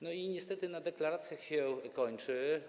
Niestety na deklaracjach się kończy.